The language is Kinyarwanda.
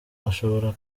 ashobora